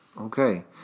Okay